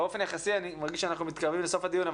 באופן יחסי אני מרגיש שאנחנו מתקרבים לסוף הדיון,